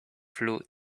flue